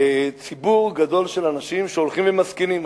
ציבור גדול של אנשים שהולכים ומזקינים.